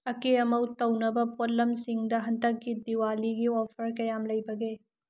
ꯑꯀꯦ ꯑꯃꯧ ꯇꯧꯅꯕ ꯄꯣꯠꯂꯝꯁꯤꯡꯗ ꯍꯟꯗꯛꯀꯤ ꯗꯤꯋꯥꯂꯤꯒꯤ ꯑꯣꯞꯐ꯭ꯔ ꯀꯌꯥꯝ ꯂꯩꯕꯒꯦ